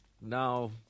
now